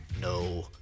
no